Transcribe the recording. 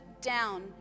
down